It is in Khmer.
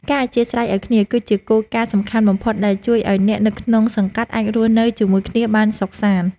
ការអធ្យាស្រ័យឱ្យគ្នា គឺជាគោលការណ៍សំខាន់បំផុត ដែលជួយឱ្យអ្នកនៅក្នុងសង្កាត់អាចរស់នៅជាមួយគ្នាបានសុខសាន្ត។